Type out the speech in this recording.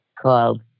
called